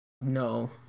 No